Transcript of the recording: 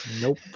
Nope